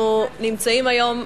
אנחנו נמצאים היום,